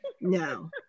No